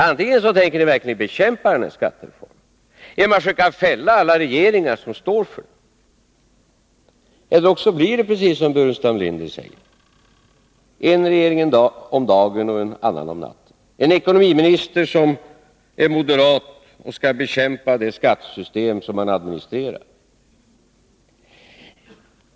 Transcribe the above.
Antingen tänker ni verkligen bekämpa denna skattereform genom att försöka fälla alla regeringar som står för den, eller också blir det precis som Staffan Burenstam Linder säger: En regering om dagen och en annan om natten. En ekonomiminister som är moderat skulle bekämpa det skattesystem som han administrerar.